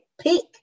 pick